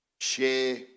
share